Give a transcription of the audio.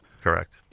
correct